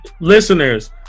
listeners